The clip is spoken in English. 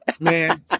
man